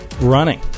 running